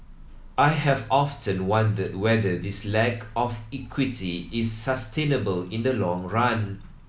I have often wondered whether this lack of equity is sustainable in the long run